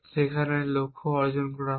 যেখানে লক্ষ্য অর্জন করা হয়